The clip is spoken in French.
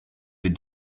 les